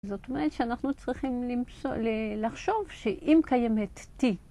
זאת אומרת שאנחנו צריכים לחשוב שאם קיימת T